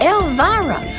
Elvira